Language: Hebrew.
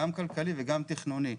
גם כלכלי וגם תכנוני.